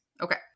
Okay